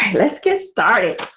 let's get started